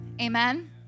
amen